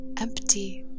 Empty